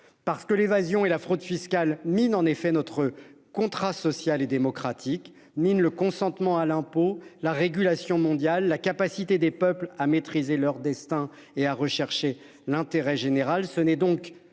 Parce que l'évasion et la fraude fiscale mine en effet notre contrat social et démocratique ni le consentement à l'impôt, la régulation mondiale, la capacité des peuples à maîtriser leur destin et à rechercher l'intérêt général,